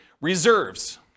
reserves